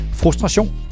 frustration